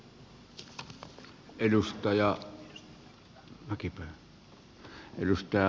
arvoisa puhemies